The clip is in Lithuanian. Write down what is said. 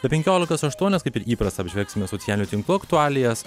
be penkiolikos aštuonios kaip ir įprasta apžvelgsime socialinių tinklų aktualijas